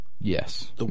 Yes